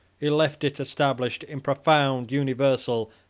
he left it established in profound, universal,